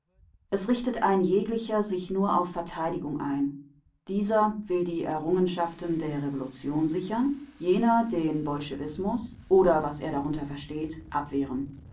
es richtet ein jeglicher sich nur auf verteidigung ein dieser will die errungenschaften der revolution sichern jener den bolschewismus oder was er darunter versteht abwehren